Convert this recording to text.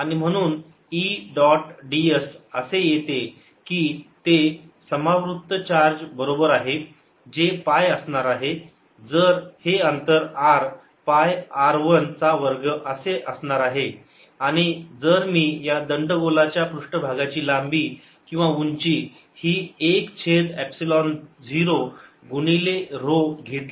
आणि म्हणून E dot ds असे येते की ते समावृत्त चार्ज बरोबर आहे जे पाय असणार आहे जर हे अंतर r पाय r1 चा वर्ग असे असणार आहे आणि जर मी या दंड गोला च्या पृष्ठभागाची लांबी किंवा उंची ही 1 छेद एपसिलोन 0 गुणिले ऱ्हो घेतली